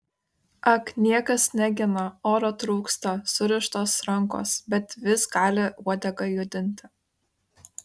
ak niekas negina oro trūksta surištos rankos bet vis gali uodegą judinti